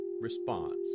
response